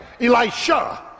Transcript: Elisha